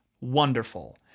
Wonderful